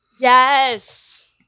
Yes